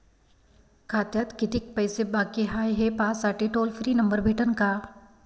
खात्यात कितीकं पैसे बाकी हाय, हे पाहासाठी टोल फ्री नंबर भेटन का?